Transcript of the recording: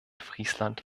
friesland